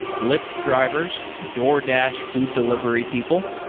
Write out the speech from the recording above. lyft drivers, doordash food delivery people,